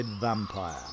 vampire